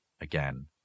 again